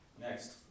Next